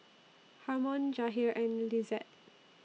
Harmon Jahir and Lizette